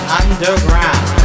underground